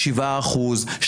שבעה אחוזים,